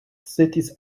cities